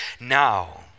Now